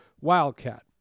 Wildcat